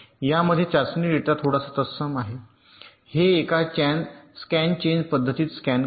यामध्ये चाचणी डेटा थोडासा तत्सम आहे हे एका स्कॅन चेन पद्धतीत स्कॅन करा